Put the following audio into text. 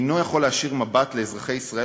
אינו יכול להישיר מבט אל אזרחי ישראל